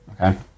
Okay